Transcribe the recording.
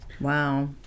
wow